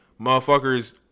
Motherfuckers